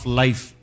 life